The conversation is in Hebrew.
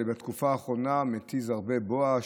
ובתקופה האחרונה מתיז הרבה בואש,